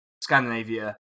Scandinavia